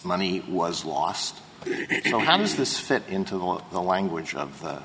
money was lost how does this fit into the on the language of the